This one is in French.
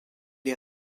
est